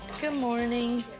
good morning.